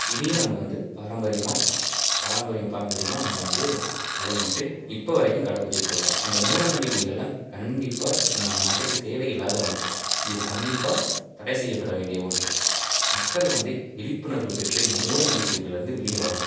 இதையும் நம்ம வந்து பாரம்பரியமாக பா பாரம்பரியம் பாரம்பரியமாக நம்ம வந்து பழகிக்கிட்டு இப்போ வரைக்கும் கடைபுடிச்சிட்டு இருக்கோம் இந்த மூடநம்பிக்கைகள்லாம் கண்டிப்பாக நம்ம நாட்டுக்கு தேவையில்லாத ஒன்று இது கண்டிப்பாக தடை செய்யப்பட வேண்டிய ஒன்று மக்கள் வந்து விழிப்புணர்வு பெற்று இந்த மூடநம்பிக்கைகளில் இருந்து வெளியே வரணும்